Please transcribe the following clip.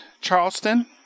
Charleston